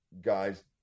guys